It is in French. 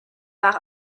par